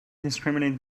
discriminated